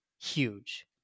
huge